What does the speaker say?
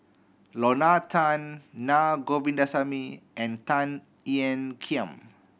Lorna Tan Naa Govindasamy and Tan Ean Kiam